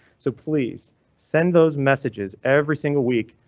so please send those messages every single week.